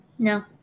No